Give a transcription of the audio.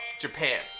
Japan